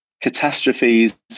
catastrophes